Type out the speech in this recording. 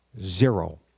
Zero